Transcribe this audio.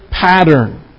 pattern